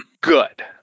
good